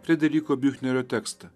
frederiko biufnerio tekstą